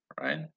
right